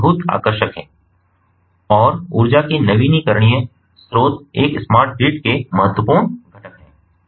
और ये बहुत आकर्षक हैं और ऊर्जा के नवीकरणीय स्रोत एक स्मार्ट ग्रिड के महत्वपूर्ण घटक हैं